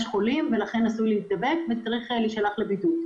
חולים ולכן עשוי להידבק ולכן צריך להישלח לבידוד".